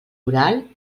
oral